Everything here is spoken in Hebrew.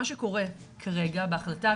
מה שקורה כרגע בהחלטה,